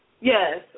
Yes